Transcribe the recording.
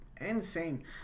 Insane